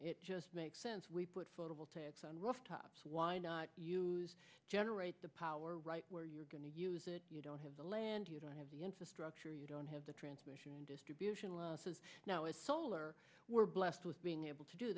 it just makes sense we put photovoltaics on rooftops why not use generate the power right where you're going to use it you don't have the land you don't have the infrastructure you don't have the transmission and distribution losses now it's solar we're blessed with being able to do